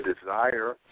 desire